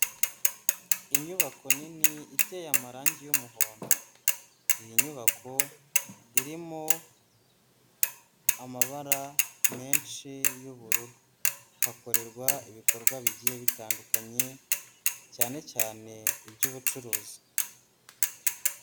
Inyubako nini, iteye amarangi y'umuhondo. Iyi nyubako irimo amabara menshi y'ubururu. Hakorerwa ibikorwa bigiye bitandukanye, cyane cyane iby'ubucuruzi.